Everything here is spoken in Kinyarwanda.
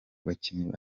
bakinnyi